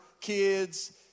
kids